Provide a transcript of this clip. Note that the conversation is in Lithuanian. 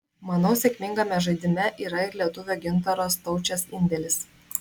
manau sėkmingame žaidime yra ir lietuvio gintaro staučės indėlis